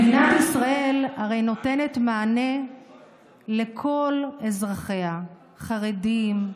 מדינת ישראל הרי נותנת מענה לכל אזרחיה, חרדים,